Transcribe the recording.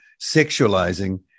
sexualizing